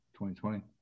2020